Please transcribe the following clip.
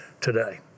today